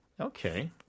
Okay